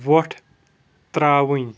وۄٹھ ترٛاوٕنۍ